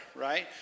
right